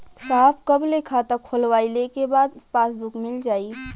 साहब कब ले खाता खोलवाइले के बाद पासबुक मिल जाई?